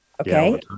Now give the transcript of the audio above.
Okay